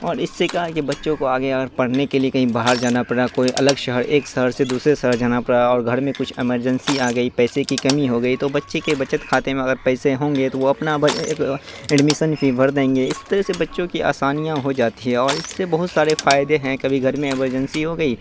اور اس سے کا کہ بچوں کو آگے اگر پڑھنے کے لیے کہیں باہر جانا پرا کوئی الگ شہر ایک شہر سے دوسرے شہر جانا پڑا اور گھر میں کچھ ایمرجنسی آ گئی پیسے کی کمی ہو گئی تو بچے کے بچت کھاتے میں اگر پیسے ہوں گے تو وہ اپنا ایڈمیشن فی بھر دیں گے اس طرح سے بچوں کی آسانیاں ہو جاتی ہے اور اس سے بہت سارے فائدے ہیں کبھی گھر میں ایمرجنسی ہو گئی